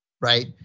right